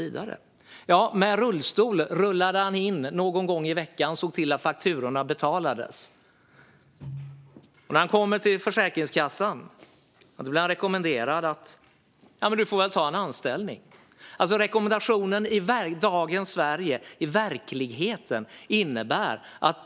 Jo, Peter rullade in i rullstol någon gång i veckan och såg till att fakturorna betalades. När han kom till Försäkringskassan blev han rekommenderad att ta en anställning. Det var rekommendationen i dagens Sverige, i verkligheten.